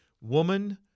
woman